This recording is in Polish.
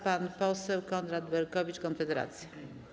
Pan poseł Konrad Berkowicz, Konfederacja.